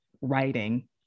writing